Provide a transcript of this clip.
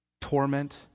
torment